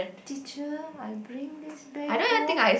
teacher I bring this back home